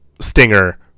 stinger